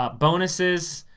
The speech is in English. um bonuses